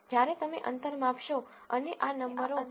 જ્યારે તમે અંતર માપશો અને આ નંબરો આના પરના હોય